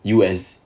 U_S